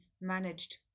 managed